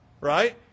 Right